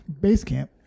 Basecamp